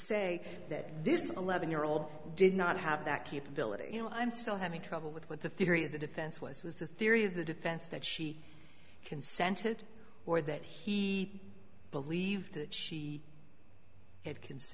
say that this eleven year old did not have that capability you know i'm still having trouble with what the theory of the defense was was the theory of the defense that she consented or that he believed that she had